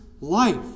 life